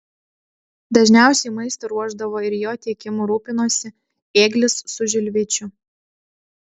dažniausiai maistą ruošdavo ir jo tiekimu rūpinosi ėglis su žilvičiu